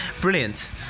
Brilliant